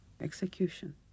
execution